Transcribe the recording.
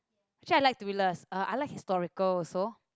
actually I like thrillers uh I like historical also